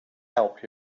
help